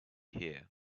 here